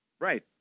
Right